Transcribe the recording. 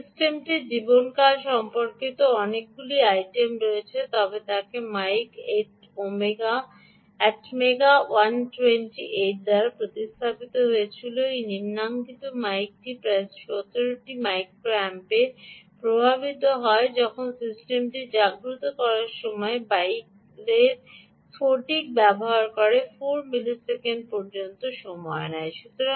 সুতরাং সিস্টেমটির জীবনকাল সম্পর্কিত অনেকগুলি আইটেমটি রয়েছে তারা বলে মাইকে এটিএমগা 128 দ্বারা প্রতিস্থাপিত হয়েছিল এই নিম্নাঙ্কিত মাইকাটি প্রায় 17টি মাইক্রো অ্যাম্পে প্রবাহিত হয় যখন সিস্টেমটি জাগ্রত করার সময় বাইরের স্ফটিক ব্যবহার করে 4 মিলিসেকেন্ড পর্যন্ত সময় নেয়